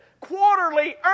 quarterly